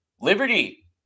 Liberty